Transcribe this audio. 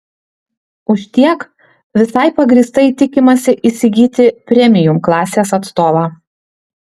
už tiek visai pagrįstai tikimasi įsigyti premium klasės atstovą